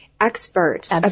experts